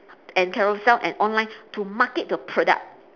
and carousell and online to market the product